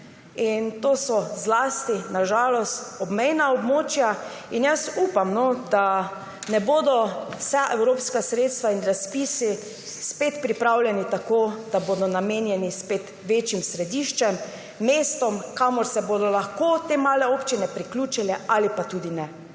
in to so na žalost zlasti obmejna območja. Upam, da ne bodo vsa evropska sredstva in razpisi spet pripravljeni tako, da bodo namenjeni večjim središčem, mestom, kamor se bodo lahko te male občine priključile ali pa tudi ne.